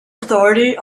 authority